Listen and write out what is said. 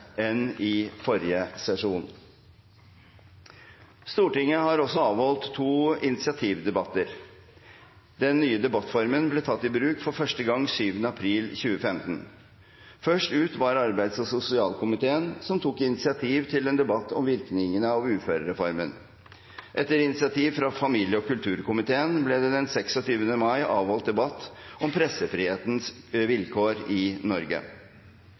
enn i forrige sesjon. Stortinget har også avholdt to initiativdebatter. Den nye debattformen ble tatt i bruk for første gang 7. april 2015. Først ut var arbeids- og sosialkomiteen, som tok initiativ til en debatt om virkningene av uførereformen. Etter initiativ fra familie- og kulturkomiteen ble det den 26. mai avholdt debatt om pressefrihetens vilkår i Norge.